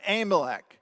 Amalek